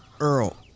Earl